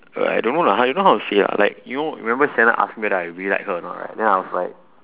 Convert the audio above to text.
uh I don't know lah I don't know how to say like ah you know remember shannon ask me whether I really like her or not right then I was like